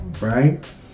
right